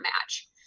match